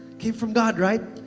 came from god, right?